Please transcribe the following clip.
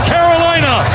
Carolina